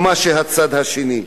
ממה שהצד השני,